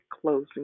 closing